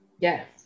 yes